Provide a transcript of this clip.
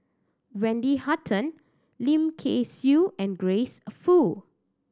Wendy Hutton Lim Kay Siu and Grace Fu